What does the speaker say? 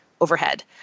overhead